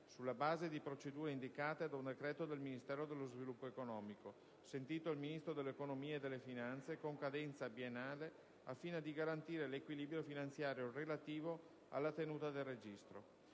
sulla base di procedure indicate da un decreto del Ministro dello sviluppo economico, sentito il Ministro dell'economia e delle finanze, con cadenza biennale al fine di garantire l'equilibrio finanziario relativo alla tenuta del registro.